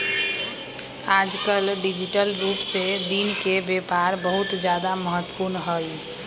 आजकल डिजिटल रूप से दिन के व्यापार बहुत ज्यादा महत्वपूर्ण हई